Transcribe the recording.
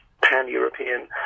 pan-European